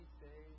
say